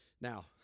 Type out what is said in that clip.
Now